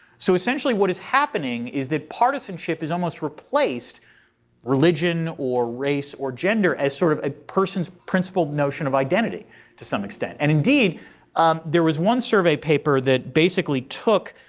so essentially what is happening is that partisanship has almost replaced religion or race or gender as sort of a person's principle notion of identity to some extent. and indeed there was one survey paper that basically took